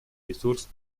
ресурс